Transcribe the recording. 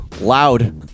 Loud